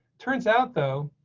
turns out, though,